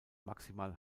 maximal